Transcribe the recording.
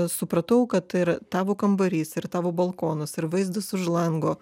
supratau kad tai yra tavo kambarys ir tavo balkonas ir vaizdas už lango